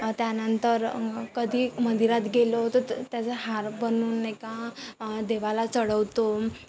त्यानंतर कधी मंदिरात गेलो तर त्याचा हार बनवून एका देवाला चढवतो